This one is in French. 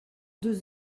deux